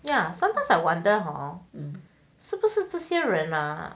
yeah sometimes I wonder hor 是不是这些人啦